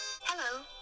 Hello